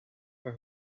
for